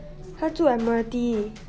她住 admiralty